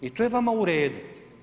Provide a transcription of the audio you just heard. I to je vama u redu.